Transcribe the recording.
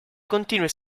continue